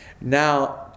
now